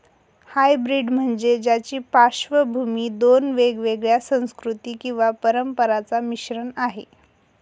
hybrid म्हणजे ज्याची पार्श्वभूमी दोन वेगवेगळ्या संस्कृती किंवा परंपरांचा मिश्रण आहे